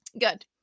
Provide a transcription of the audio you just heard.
good